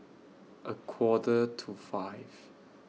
A Quarter to five